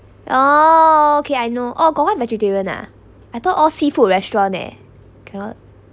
oh okay I know oh got one vegetarian ah I thought all seafood restaurant eh cannot